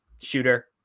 Shooter